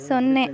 ಸೊನ್ನೆ